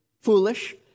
foolish